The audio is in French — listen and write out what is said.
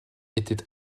étaient